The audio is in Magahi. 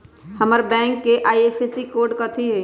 हमर बैंक के आई.एफ.एस.सी कोड कथि हई?